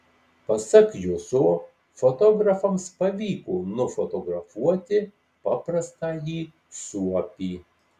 pasak juso fotografams pavyko nufotografuoti paprastąjį suopį